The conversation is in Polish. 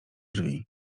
drzwi